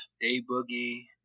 A-Boogie